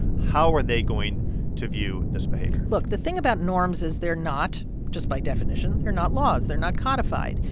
how are they going to view this behavior? look. the thing about norms is they're not just by definition, they're not laws they're not codified.